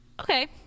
okay